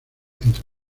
entre